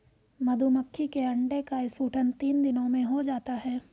मधुमक्खी के अंडे का स्फुटन तीन दिनों में हो जाता है